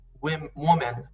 woman